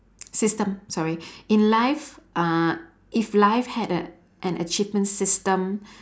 system sorry in life uh if life had a an achievement system